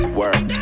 work